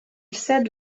cède